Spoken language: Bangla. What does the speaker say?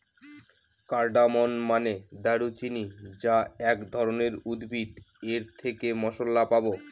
কার্ডামন মানে দারুচিনি যা এক ধরনের উদ্ভিদ এর থেকে মসলা পাবো